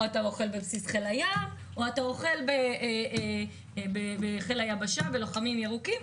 או בבסיס חיל הים או אוכל בחיל היבשה עם הלוחמים הירוקים,